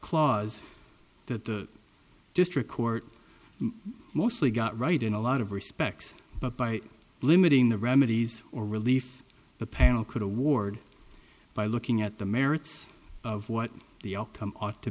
clause that the district court mostly got right in a lot of respects but by limiting the remedies or relief but panel could award by looking at the merits of what the outcome ought to